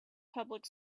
public